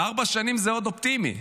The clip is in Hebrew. תראה, ארבע שנים זה עוד אופטימי.